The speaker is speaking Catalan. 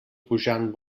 pujant